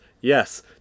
Yes